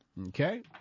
Okay